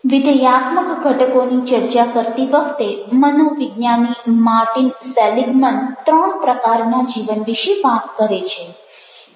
વિધેયાત્મક ઘટકોની ચર્ચા કરતી વખતે મનોવિજ્ઞાની માર્ટિન સેલિગ્મન ત્રણ પ્રકારના જીવન વિશે વાત કરે છે